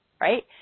right